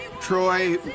Troy